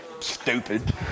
Stupid